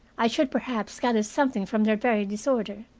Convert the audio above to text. i should perhaps gather something from their very disorder,